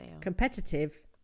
Competitive